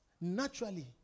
naturally